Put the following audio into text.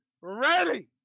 ready